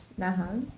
na hang.